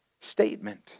statement